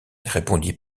répondit